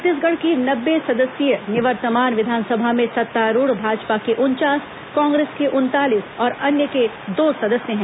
छत्तीसगढ़ की नब्बे सदस्यीय निवर्तमान विधानसभा में सत्तारूढ़ भाजपा के उनचास कांग्रेस के उनतालीस और अन्य के दो सदस्य हैं